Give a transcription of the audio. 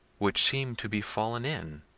which seemed to be fallen in,